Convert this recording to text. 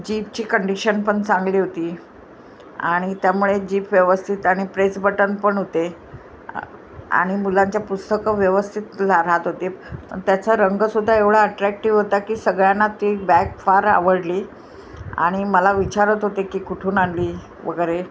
जीपची कंडिशन पण चांगली होती आणि त्यामुळे जीप व्यवस्थित आणि प्रेस बटन पण होते आणि मुलांच्या पुस्तकं व्यवस्थित राहत होते त्याचा रंगसुद्धा एवढा अट्रॅक्टिव्ह होता की सगळ्यांना ती बॅग फार आवडली आणि मला विचारत होते की कुठून आणली वगैरे